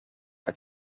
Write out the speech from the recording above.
het